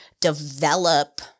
develop